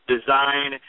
design